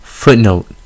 Footnote